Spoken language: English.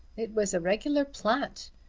it was a regular plant.